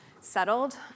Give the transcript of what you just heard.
settled